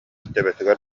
төбөтүгэр